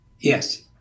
Yes